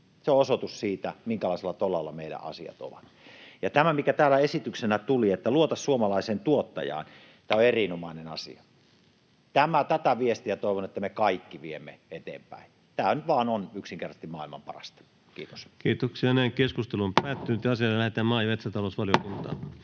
Se on osoitus siitä, minkälaisella tolalla meillä asiat ovat. Ja tämä, mikä täällä esityksenä tuli, että ”luota suomalaiseen tuottajaan”, on erinomainen asia. Tätä viestiä toivon, että me kaikki viemme eteenpäin. Täällä nyt vain on yksinkertaisesti maailman parasta. — Kiitos. Ensimmäiseen käsittelyyn esitellään päiväjärjestyksen 13. asia. Käsittelyn pohjana on maa- ja metsätalousvaliokunnan